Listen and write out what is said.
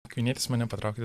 akvinietis mane patraukė